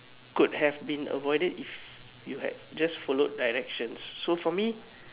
could have been avoided if you had just followed directions so for me